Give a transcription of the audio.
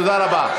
תודה רבה.